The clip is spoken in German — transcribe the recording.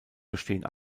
bestehen